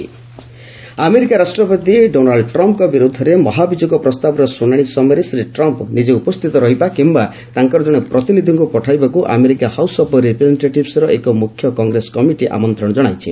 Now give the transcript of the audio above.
Trump impeachment America ରାଷ୍ଟ୍ରପତି Donald ଟ୍ରମ୍ଫ୍ଙ୍କ ବିରୁଦ୍ଧରେ ମହାଭିଯୋଗ ପ୍ରସ୍ତାବର ଶୁଣାଣି ସମୟରେ ଶ୍ରୀ ଟ୍ରମ୍ପ୍ ନିଜେ ଉପସ୍ଥିତ ରହିବା କିମ୍ବା ତାଙ୍କର ଜଣେ ପ୍ରତିନିଧିକ୍କୁ ପଠାଇବାକୁ ଆମେରିକା ହାଉସ୍ ଅଫ୍ ରିପ୍ରେଜେଣ୍ଟେଟିଭ୍ସ୍ର ଏକ ମୁଖ୍ୟ କଂଗ୍ରେସ କମିଟି ଆମନ୍ତ୍ରଣ ଜଣାଇଛି